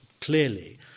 clearly